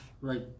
Right